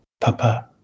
Papa